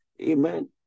amen